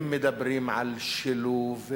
אם מדברים על שילוב,